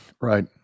right